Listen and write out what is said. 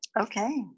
Okay